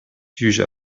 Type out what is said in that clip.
jugea